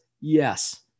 yes